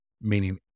meaning